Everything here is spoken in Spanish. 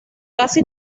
casi